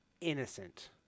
innocent